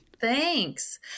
Thanks